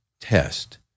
test